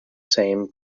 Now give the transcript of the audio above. same